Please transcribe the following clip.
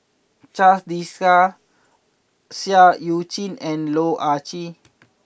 Charles Dyce Seah Eu Chin and Loh Ah Chee